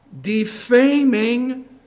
defaming